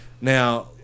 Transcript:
Now